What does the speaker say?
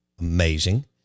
Amazing